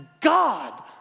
God